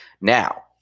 Now